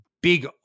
big